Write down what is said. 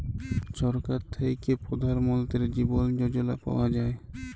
ছরকার থ্যাইকে পধাল মলতিরি জীবল যজলা পাউয়া যায়